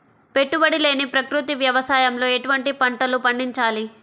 పెట్టుబడి లేని ప్రకృతి వ్యవసాయంలో ఎటువంటి పంటలు పండించాలి?